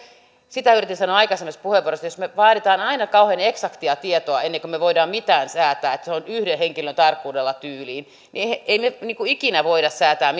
sitä yritin sanoa aikaisemmassa puheenvuorossa että jos me vaadimme aina kauhean eksaktia tietoa ennen kuin me voimme mitään säätää että se on tyyliin yhden henkilön tarkkuudella niin emme me ikinä voi säätää